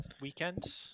weekend